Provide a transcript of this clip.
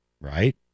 right